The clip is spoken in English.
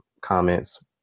comments